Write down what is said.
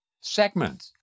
segment